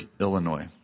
Illinois